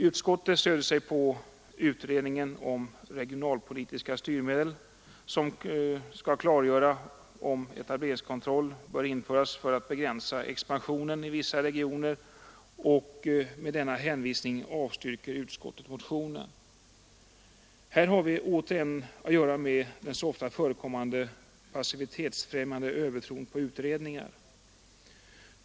Utskottet stöder sig på utredningen om regionalpolitiska styrmedel, som skall klargöra om etableringskontroll bör införas för att begränsa expansionen i vissa regioner och med denna hänvisning avstyrker utskottet motionen. Här har vi återigen att göra med den så ofta förekommande passivitetsfrämjande övertron på utredningar.